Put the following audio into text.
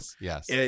yes